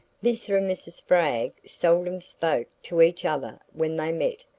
mr. and mrs. spragg seldom spoke to each other when they met,